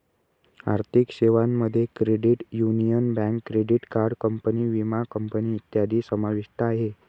आर्थिक सेवांमध्ये credit union, bank, credit card company, विमा कंपनी इत्यादी समाविष्ट आहे